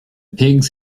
pigs